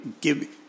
give